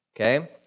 okay